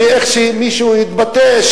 איך שמישהו התבטא,